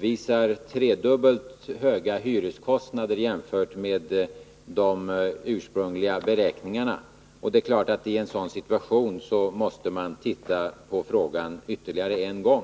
hyreskostnaderna tredubbelt höga jämfört med de ursprungliga beräkningarna. Det är klart att man i en sådan situation måste se på frågan ytterligare en gång.